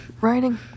writing